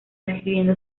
escribiendo